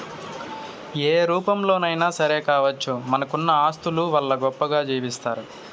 ఏ రూపంలోనైనా సరే కావచ్చు మనకున్న ఆస్తుల వల్ల గొప్పగా జీవిస్తారు